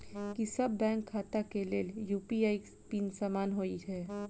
की सभ बैंक खाता केँ लेल यु.पी.आई पिन समान होइ है?